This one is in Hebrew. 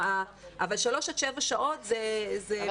אבל שלוש עד שבע שעות --- אבל,